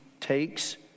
takes